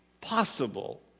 possible